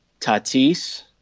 Tatis